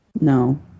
No